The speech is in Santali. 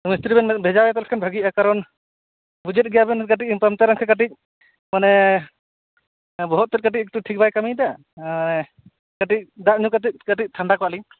ᱢᱤᱥᱛᱤᱨᱤ ᱵᱮᱱ ᱵᱷᱮᱡᱟ ᱟᱭᱟ ᱵᱷᱟᱹᱜᱤᱜᱼᱟ ᱠᱟᱨᱚᱱ ᱵᱩᱡᱮᱫ ᱜᱮᱭᱟᱵᱮᱱ ᱠᱟᱹᱴᱤᱡ ᱯᱟᱢᱪᱟᱨᱮᱱ ᱠᱷᱟᱱ ᱠᱟᱹᱴᱤᱡ ᱢᱟᱱᱮ ᱵᱚᱦᱚᱜ ᱛᱮᱫ ᱠᱟᱹᱴᱤᱡ ᱮᱠᱴᱩ ᱴᱷᱤᱠ ᱵᱟᱭ ᱠᱟᱹᱢᱤᱭᱮᱫᱟ ᱠᱟᱹᱴᱤᱡ ᱫᱟᱜ ᱧᱩ ᱠᱟᱛᱮᱫ ᱠᱟᱹᱴᱤᱡ ᱴᱷᱟᱱᱰᱟ ᱠᱚᱜᱼᱟ ᱞᱤᱧ